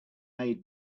made